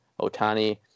Otani